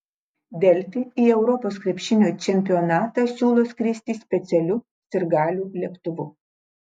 delfi į europos krepšinio čempionatą siūlo skristi specialiu sirgalių lėktuvu